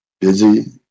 busy